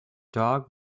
dog